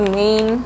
main